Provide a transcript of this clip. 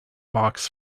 box